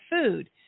food